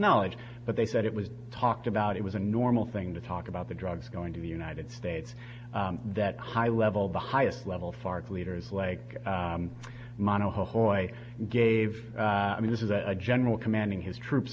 knowledge but they said it was talked about it was a normal thing to talk about the drugs going to the united states that high level the highest level fark leaders like mana hoyt gave i mean this is a general commanding his troops